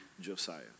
Josiah